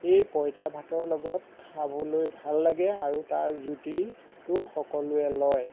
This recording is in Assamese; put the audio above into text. এই পইতান ভাতৰ লগত খাবলৈ ভাল লাগে আৰু তাৰ জুতিটো সকলোৱে লয়